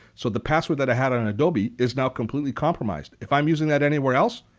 so the password that i had on adobe is now completely compromised. if i'm using that anywhere else,